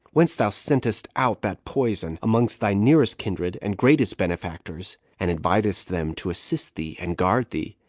whence thou sentest out that poison among thy nearest kindred and greatest benefactors, and invitedst them to assist thee and guard thee,